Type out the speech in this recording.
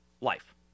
life